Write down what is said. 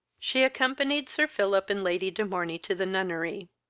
she accompanied sir philip and lady de morney to the nunnery